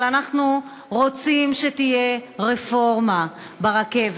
אבל אנחנו רוצים שתהיה רפורמה ברכבת.